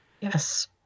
Yes